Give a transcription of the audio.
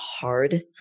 hard